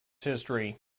history